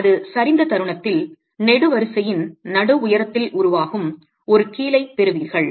அது சரிந்த தருணத்தில் நெடுவரிசையின் நடு உயரத்தில் உருவாகும் ஒரு கீலைப் பெறுவீர்கள்